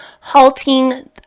halting